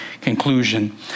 Conclusion